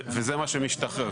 וזה מה שמשתחרר.